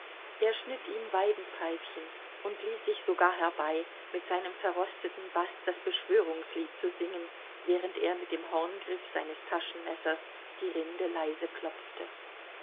er schnitt ihm weidenpfeifchen und ließ sich sogar herbei mit seinem verrosteten baß das beschwörungslied zu singen während er mit dem horngriff seines taschenmessers die rinde leise klopfte